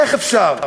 איך אפשר?